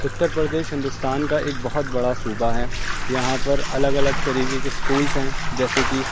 اتر پردیش ہندوستان کا ایک بہت بڑا صوبہ ہے یہاں پر الگ الگ طریقے کے اسکولس ہیں جیسے کہ